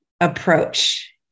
approach